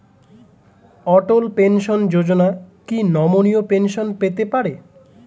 অটল pension Yojana কি নমনীয় pension পেতে পারে?